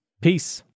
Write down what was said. Peace